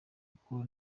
kuko